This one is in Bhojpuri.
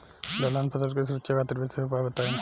दलहन फसल के सुरक्षा खातिर विशेष उपाय बताई?